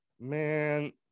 Man